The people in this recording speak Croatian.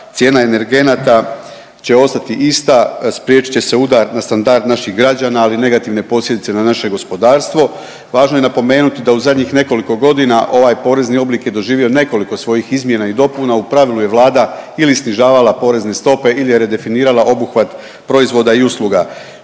cijena energenata će ostati ista, spriječit će se udar na standard naših građana, ali i negativne posljedice na naše gospodarstvo. Važno je napomenuti da u zadnjih nekoliko godina ovaj porezni oblik je doživio nekoliko svojih izmjena i dopuna, u pravilu je Vlada ili snižavala porezne stope ili je redefinirala obuhvat proizvoda i usluga.